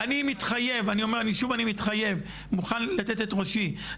-- אני מוכן לתת את ראשי,